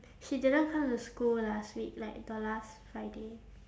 she didn't come to school last week like the last friday